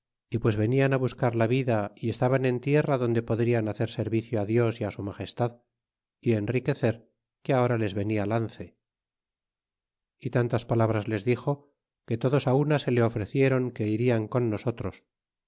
y pues venian buscar la vida y estaban en tierra donde podrian hacer servicio dios y su magestad y enriquecer que ahora les venia lance y tantas palabras les dixo que todos una se le ofreciéron que irian con nosotros